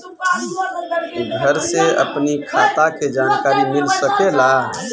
घर से अपनी खाता के जानकारी मिल सकेला?